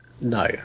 No